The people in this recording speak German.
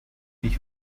ich